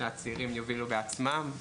שהצעירים יובילו בעצמם.